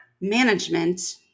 management